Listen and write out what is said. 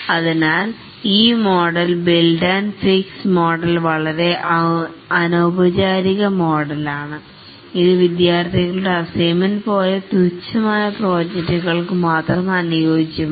അതിനാൽ ഈ model build and fix model വളരെ അനൌപചാരിക മോഡലാണ് ഇത് വിദ്യാർത്ഥികളുടെ അസൈമെൻറ് പോലെ തുച്ഛമായ പ്രോജക്ടുകൾക്ക് മാത്രം അനുയോജ്യമാണ്